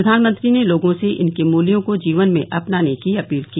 प्रधानमंत्री ने लोगों से इनके मूल्यों को जीवन में अपनाने की अपील की